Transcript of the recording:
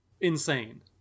insane